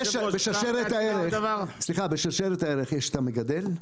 בשרשרת הערך יש את המגדל,